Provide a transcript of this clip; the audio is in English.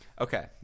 Okay